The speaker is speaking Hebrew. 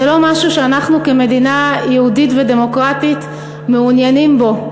זה לא משהו שאנחנו כמדינה יהודית ודמוקרטית מעוניינים בו.